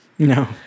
No